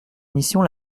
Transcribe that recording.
mission